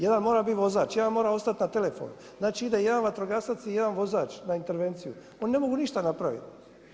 Jedan mora biti vozač, jedan mora ostati na telefonu, znači ide jedan vatrogasac i jedan vozač na intervenciju, oni ne mogu ništa napraviti.